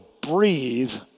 breathe